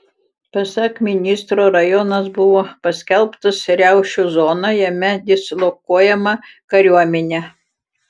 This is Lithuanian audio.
pasak ministro rajonas buvo paskelbtas riaušių zona jame dislokuojama kariuomenė